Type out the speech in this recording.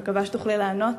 אני מקווה שתוכלי לענות.